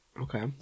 Okay